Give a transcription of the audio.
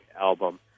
album